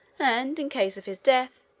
and, in case of his death,